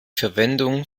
verwendung